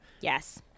Yes